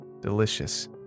Delicious